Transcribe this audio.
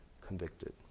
convicted